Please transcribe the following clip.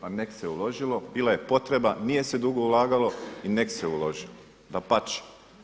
Pa neka se uložilo, bila je potreba, nije se dugo ulagalo i neka se uložilo, dapače.